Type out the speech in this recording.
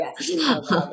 Yes